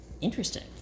interesting